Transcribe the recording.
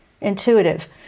intuitive